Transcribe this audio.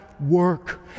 work